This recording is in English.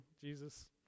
Jesus